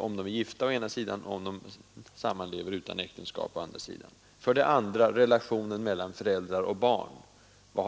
om de å ena sida är gifta, å andra sidan sammanlever utan äktenskap? 2. Vad har äktenskapet respektive fri samlevnad för betydelse för relationen mellan föräldrar och barn? 3.